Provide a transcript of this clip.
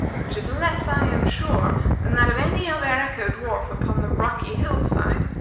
which is less, i am sure, than that of any other echo-dwarf upon the rocky hill-side,